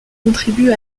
contribue